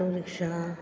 auto rickshaw